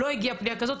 לא הגיעה פניה כזאת,